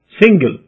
single